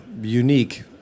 unique